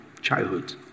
childhood